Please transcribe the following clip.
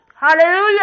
Hallelujah